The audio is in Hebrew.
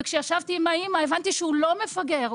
וכשישבתי עם האמא הבנתי שהוא לא מפגר,